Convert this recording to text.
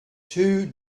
two